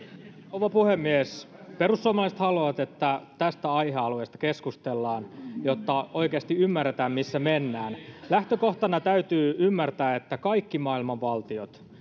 rouva puhemies perussuomalaiset haluavat että tästä aihealueesta keskustellaan jotta oikeasti ymmärretään missä mennään lähtökohtana täytyy ymmärtää että kaikki maailman valtiot